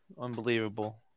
unbelievable